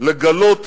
לגלות את